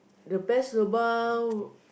the best lobang